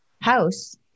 house